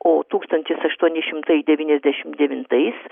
o tūkstantis aštuoni šimtai devyniasdešimt devintais